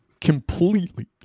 Completely